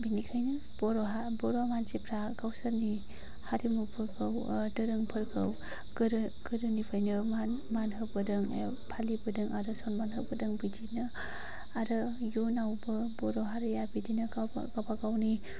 बेनिखायनो बर'हा बर' मानसिफ्रा गावसोरनि हारिमुफोरखौ धोरोमफोरखौ गोदोनिफ्राइनो मान होबोदों फालिबोदों आरो सनमान होबोदों बिदिनो आरो उनावबो बर' हारिया बिदिनो गावबा गावनि